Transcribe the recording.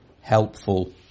helpful